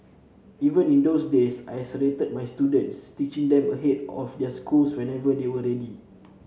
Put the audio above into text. even in those days I accelerated my students teaching them ahead of their schools whenever they were ready